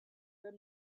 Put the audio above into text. from